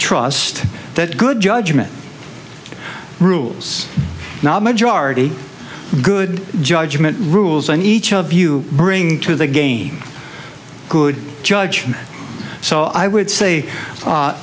trust that good judgment rules now majority good judgment rules and each of you bring to the game a good judge so i would say